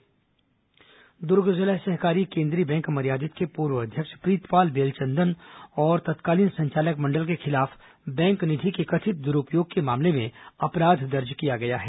bank निधि दूरूपयोग दर्ग जिला सहकारी केंद्रीय बैंक मर्यादित के पूर्व अध्यक्ष प्रीतपाल बेलचंदन और तत्कालीन संचालक मंडल के खिलाफ बैंक निधि के कथित द्रूपयोग के मामले में अपराध दर्ज किया गया है